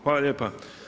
Hvala lijepa.